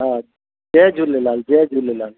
हा जय झूलेलाल जय झूलेलाल